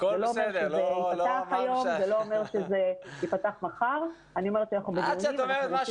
זה לא אומר שזה ייפתח היום או מחר --- עד שאת אומרת משהו